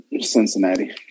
Cincinnati